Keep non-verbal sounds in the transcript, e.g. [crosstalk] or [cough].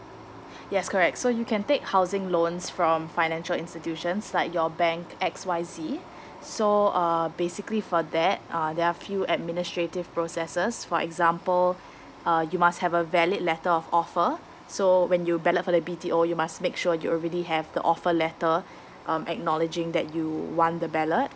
[breath] yes correct so you can take housing loans from financial institutions like your bank X Y Z [breath] so uh basically for that uh there are few administrative processes for example [breath] uh you must have a valid letter of offer so when you ballot for he B_T_O you must make sure you already have the offer letter [breath] um acknowledging that you won the balllot